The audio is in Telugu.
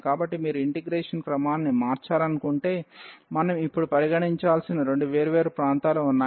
కాబట్టి మీరు ఇంటిగ్రేషన్ క్రమాన్ని మార్చాలనుకుంటే మనం ఇప్పుడు పరిగణించాల్సిన రెండు వేర్వేరు ప్రాంతాలు ఉన్నాయి